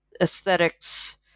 aesthetics